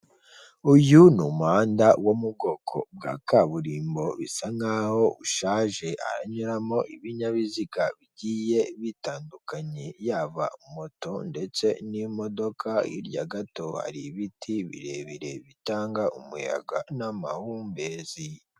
Uyu ni umuhanda wo mu bwoko bwa kaburimbo bisa nkaho ushaje haranyuramo ibinyabiziga bigiye bitandukanye yaba moto ndetse n'imodoka hirya gato hari ibiti birebire bitanga umuyaga n'amahumbezi.